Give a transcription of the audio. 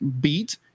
beat